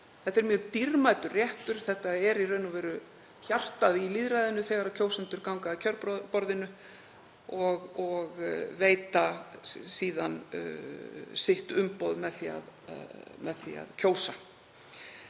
Þetta er mjög dýrmætur réttur. Það er í raun og veru hjartað í lýðræðinu þegar kjósendur ganga að kjörborðinu og veita síðan umboð sitt með því að kjósa.